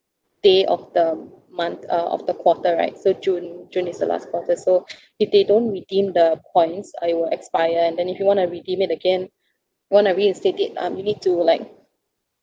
day of the month uh of the quarter right so june june is the last quarter so if they don't redeem the coins uh it will expire and then if you want to redeem it again want to reinstate it um you need to like